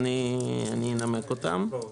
אי-אפשר להיכנס בלי בקשה.